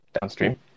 downstream